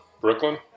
Brooklyn